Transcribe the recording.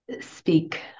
speak